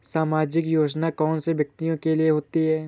सामाजिक योजना कौन से व्यक्तियों के लिए होती है?